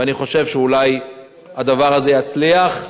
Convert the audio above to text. ואני חושב שאולי הדבר הזה יצליח.